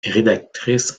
rédactrice